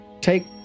take